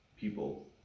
people